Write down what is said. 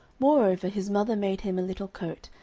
moreover his mother made him a little coat,